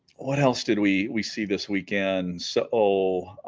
what else did we we see this weekend so oh